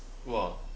!wah!